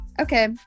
Okay